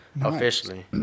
officially